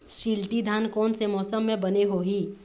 शिल्टी धान कोन से मौसम मे बने होही?